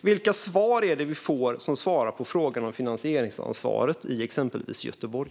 Vilka svar är det vi får på frågan om finansieringsansvaret i exempelvis Göteborg?